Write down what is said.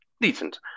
decent